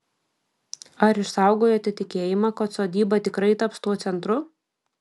ar išsaugojote tikėjimą kad sodyba tikrai taps tuo centru